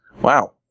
Wow